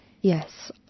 Yes